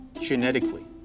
genetically